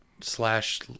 slash